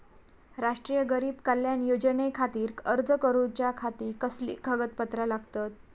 राष्ट्रीय गरीब कल्याण योजनेखातीर अर्ज करूच्या खाती कसली कागदपत्रा लागतत?